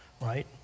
right